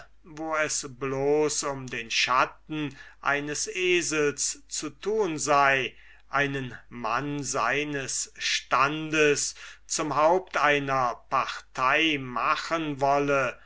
wo es bloß um den schatten eines esels zu tun sei einen mann seines standes zum haupt einer partei machen wolle